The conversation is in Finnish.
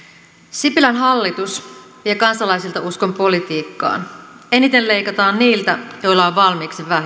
sipilän hallitus vie kansalaisilta uskon politiikkaan eniten leikataan niiltä joilla on valmiiksi vähiten